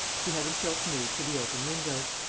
he had himself moved to the open window.